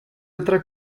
otra